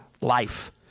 life